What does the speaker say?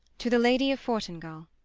to the lady of fortingall.